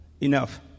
Enough